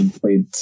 played